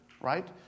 right